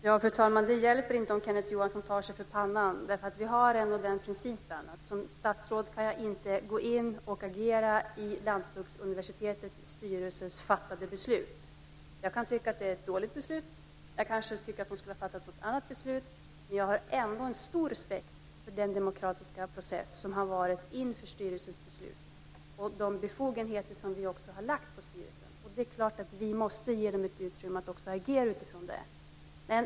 Fru talman! Det hjälper inte om Kenneth Johansson tar sig för pannan. Vi har ändå den principen att ett statsråd inte kan gå in och agera när det gäller beslut som har fattats av Lantbruksuniversitetets styrelse. Jag kan tycka att det är ett dåligt beslut eller att man skulle ha fattat ett annat beslut, men jag har stor respekt för den demokratiska process som har varit inför styrelsens beslut och för de befogenheter som vi har gett styrelsen. Det är klart att vi måste ge styrelsen utrymme att agera utifrån detta.